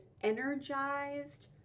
energized